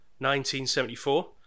1974